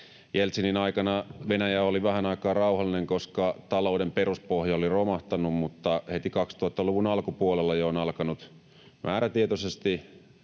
Jeltsinin aikana Venäjä oli vähän aikaa rauhallinen, koska talouden peruspohja oli romahtanut, mutta jo heti 2000-luvun alkupuolella on alkanut määrätietoisesti